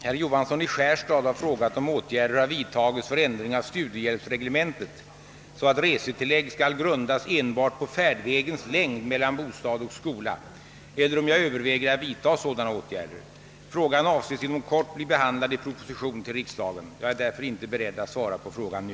Herr talman! Herr Johansson i Skärstad har frågat, om åtgärder har vidtagits för ändring av studiehjälpsreglementet, så att resetillägg skall grundas enbart på färdvägens längd mellan bostad och skola, eller om jag överväger att vidta sådana åtgärder. Frågan avses inom kort bli behandlad i proposition till riksdagen. Jag är därför inte beredd att svara på frågan nu.